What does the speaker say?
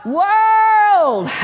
world